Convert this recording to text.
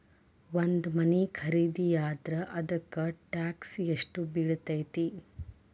ಒಂದ್ ಮನಿ ಖರಿದಿಯಾದ್ರ ಅದಕ್ಕ ಟ್ಯಾಕ್ಸ್ ಯೆಷ್ಟ್ ಬಿಳ್ತೆತಿ?